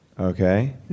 Okay